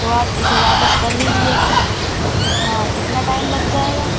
تو آپ اسے واپس کر لیجئے ہاں کتنا ٹائم لگ جائے گا